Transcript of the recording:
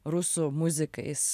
rusų muzikais